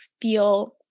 feel